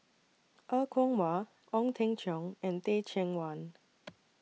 Er Kwong Wah Ong Teng Cheong and Teh Cheang Wan